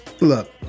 Look